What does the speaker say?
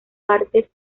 partes